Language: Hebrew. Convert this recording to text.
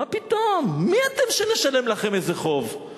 מה פתאום, מי אתם שנשלם לכם איזה חוב?